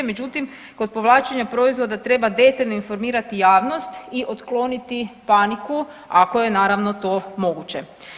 Međutim, kod povlačenja proizvoda treba detaljno informirati javnost i otkloniti paniku ako je naravno to moguće.